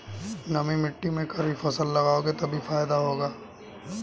नमी मिट्टी में खरीफ फसल लगाओगे तभी फायदा होगा